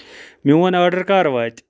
میون آرڈر کَر واتہِ